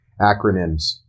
Acronyms